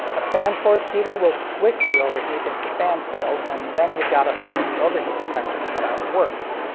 a fan-forced heater will quickly overheat if the fan fails, and then you've gotta hope that the overheat protection cutout works.